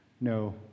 No